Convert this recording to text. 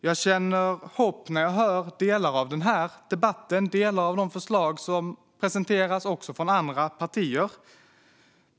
Jag känner hopp när jag hör delar av denna debatt och en del av de förslag som presenteras, också från andra partier.